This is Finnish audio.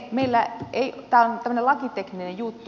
tämä on tällainen lakitekninen juttu